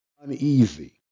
uneasy